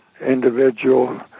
individual